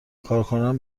کارکنان